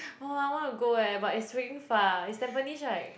[wah] I want to go eh but it's freaking far it's Tampines right